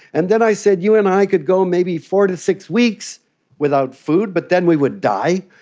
and then i said, you and i could go maybe four to six weeks without food but then we would die.